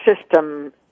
system